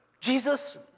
Jesus